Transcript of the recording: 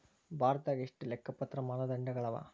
ಭಾರತದಾಗ ಎಷ್ಟ ಲೆಕ್ಕಪತ್ರ ಮಾನದಂಡಗಳವ?